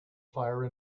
fire